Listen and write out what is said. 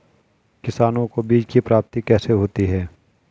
किसानों को बीज की प्राप्ति कैसे होती है?